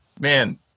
man